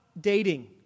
dating